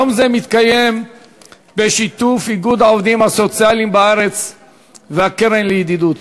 יום זה מתקיים בשיתוף איגוד העובדים הסוציאליים בארץ והקרן לידידות.